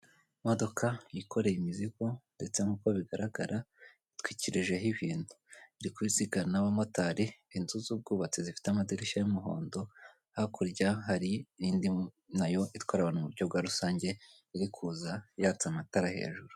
Imodoka yikoreye imizigo ndetse nk'uko bigaragara itwikirijeho ibintu, iri kubisikana n'abamotari, inzu z'ubwubatsi zifite amadirishya y'umuhondo, hakurya hari indi nayo itwara abantu mu buryo bwa rusange iri kuza yatse amatara hejuru.